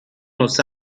los